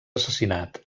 assassinat